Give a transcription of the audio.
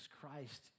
Christ